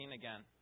again